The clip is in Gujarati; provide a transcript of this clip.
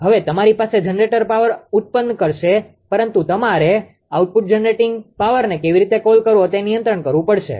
હવે તમારી પાસે જનરેટર પાવર ઉત્પન્ન કરશે પરંતુ તમારે આઉટપુટ જનરેટિંગ પાવરને કેવી રીતે કોલ કરવો તે નિયંત્રિત કરવું પડશે